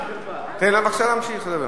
תן לו בבקשה להמשיך לדבר.